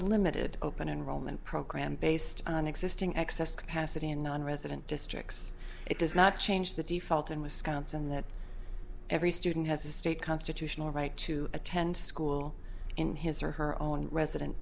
a limited open enrollment program based on existing excess capacity in nonresident districts it does not change the default in wisconsin that every student has a state constitutional right to attend school in his or her own resident